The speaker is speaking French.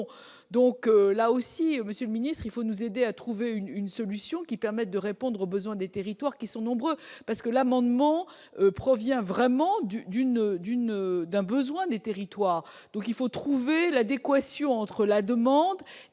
donc là aussi monsieur ministre il faut nous aider à trouver une solution qui permette de répondre aux besoins des territoires qui sont nombreux, parce que l'amendement provient vraiment du d'une d'une d'un besoin des territoires, donc il faut trouver l'adéquation entre la demande